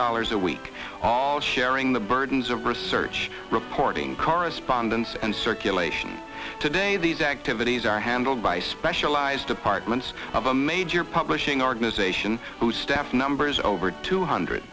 dollars a week all sharing the burdens of research reporting correspondence and circulation today these activities are handled by specialized departments of a major publishing organization whose staff numbers over two hundred